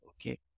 Okay